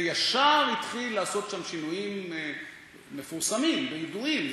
וישר התחיל לעשות שם שינויים מפורסמים וידועים,